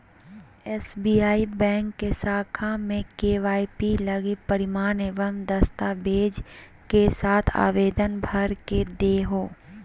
SBI के शाखा में के.वाई.सी लगी प्रमाण एवं दस्तावेज़ के साथ आवेदन भर के देहो